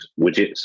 widgets